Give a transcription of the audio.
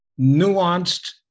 nuanced